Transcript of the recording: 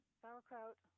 sauerkraut